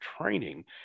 training